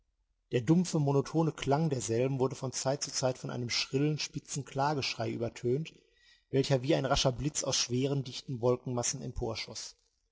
der dumpfe monotone klang derselben wurde von zeit zu zeit von einem schrillen spitzen klageschrei übertönt welcher wie ein rascher blitz aus schweren dichten wolkenmassen